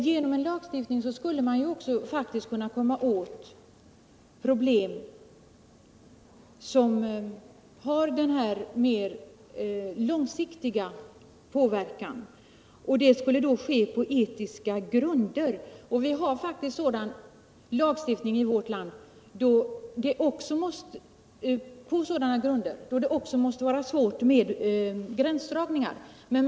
Genom en lagstiftning på etiska grunder skulle man faktiskt kunna lösa problemet med denna mer långsiktiga påverkan, men här kan det vara svårt med gränsdragningen.